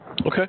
Okay